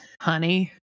honey